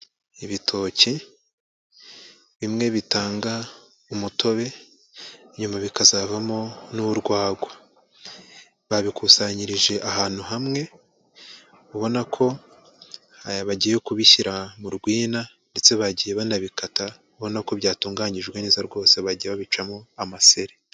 Ibitoki bimwe bitanga umutobe, nyuma bikazavamo n'urwagwa, babikusanyirije ahantu hamwe, ubona ko ha bagiye kubishyira mu rwina, ndetse bagiye banabikata ubona ko byatunganyijwe neza rwose bagiye babicamo amaseri.